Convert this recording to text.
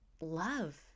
love